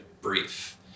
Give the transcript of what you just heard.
brief